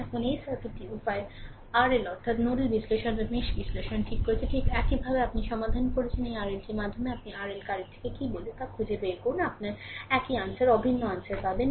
এখন এই সার্কিটটি উপায়টি RL অর্থাত্ নোডাল বিশ্লেষণ বা mesh বিশ্লেষণ করেছে ঠিক একইভাবে আপনি সমাধান করেছেন এবং RLটির মাধ্যমে আপনি আর RL কারেন্টকে কী বলে তা খুঁজে বের করুন আপনি একই আনসার অভিন্ন অ্যানসার পাবেন